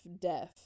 death